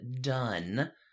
Done